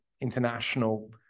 international